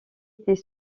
était